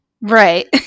Right